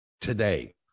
today